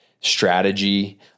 strategy